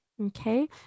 Okay